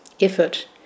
effort